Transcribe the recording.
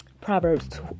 Proverbs